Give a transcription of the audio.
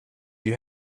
you